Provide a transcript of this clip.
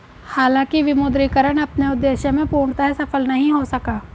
हालांकि विमुद्रीकरण अपने उद्देश्य में पूर्णतः सफल नहीं हो सका